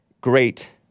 Great